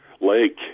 Lake